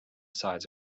sides